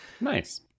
Nice